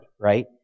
right